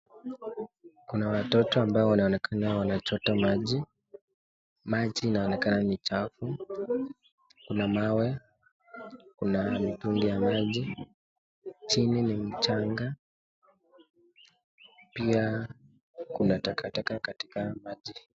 Kuna watoto ambayo wanaonekana wanachota maji, maji inaonekana ni chafu, kuna mawe kuna mitungi ya maji, chini ni mchanga, pia kuna takataka katika maji.